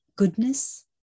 goodness